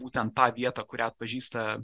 būtent tą vietą kurią atpažįsta